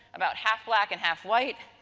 about half black and half white.